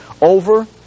over